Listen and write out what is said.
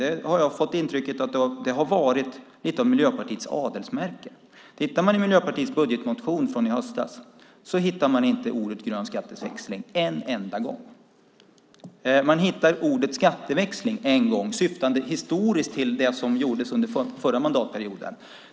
Jag har fått intrycket att det har varit lite av Miljöpartiets adelsmärke. I Miljöpartiets budgetmotion från i höstas hittar man inte uttrycket grön skatteväxling en enda gång. Man hittar ordet skatteväxling en gång, syftande historiskt till det som gjordes under förra mandatperioden.